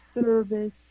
service